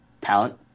talent